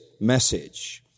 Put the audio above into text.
message